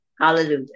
Hallelujah